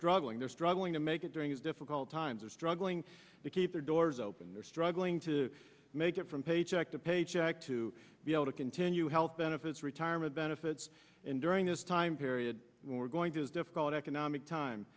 drugging they're struggling to make it during these difficult times are struggling to keep their doors open they're struggling to make it from paycheck to paycheck to be able to continue health benefits retirement benefits and during this time period we're going to as difficult economic time